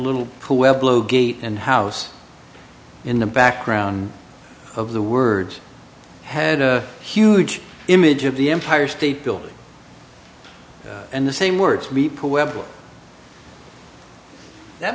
little gate and house in the background of the words had a huge image of the empire state building and the same words we